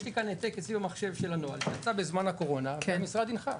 יש לי כאן העתק אצלי במחשב של הנוהל שיצא בזמן הקורונה והמשרד הנחה.